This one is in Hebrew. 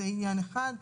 זה עניין אחד.